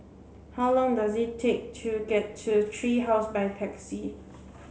how long does it take to get to Tree House by taxi